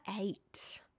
eight